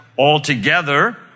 altogether